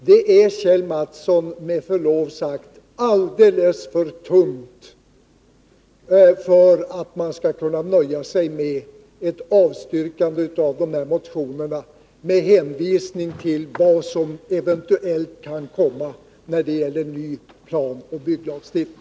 Det är, Kjell Mattsson, med förlov sagt alldeles för tunna motiv för att man skall kunna nöja sig med ett avstyrkande av de här motionerna med hänvisning till vad som eventuellt kan komma i en ny planoch bygglagstiftning.